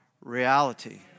reality